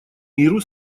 миру